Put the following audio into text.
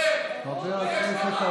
אגרת גודש לקחתם מהחלשים ביותר.